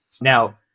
Now